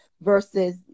versus